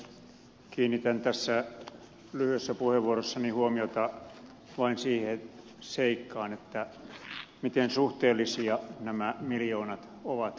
kiinnitän tässä lyhyessä puheenvuorossani huomiota vain siihen seikkaan miten suhteellisia nämä miljoonat ovatkaan